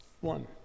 One